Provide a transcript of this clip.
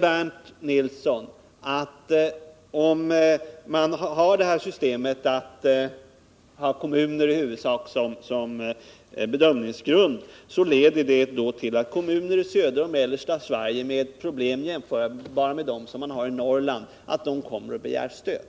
Bernt Nilsson säger att om man i huvudsak ser på kommuner vid bedömningen så leder det till att kommuner i södra och mellersta Sverige med problem jämförbara med dem man har i Norrland kommer att begära stöd.